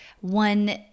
one